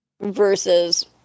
versus